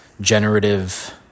generative